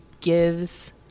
gives